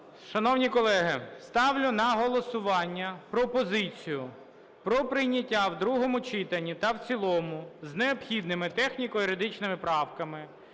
Шановні колеги, ставлю на голосування пропозицію про прийняття в другому читанні та в цілому з необхідними техніко-юридичними правками